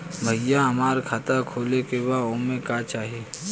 भईया हमार खाता खोले के बा ओमे का चाही?